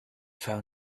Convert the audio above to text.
found